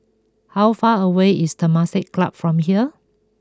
how far away is Temasek Club from here